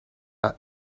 are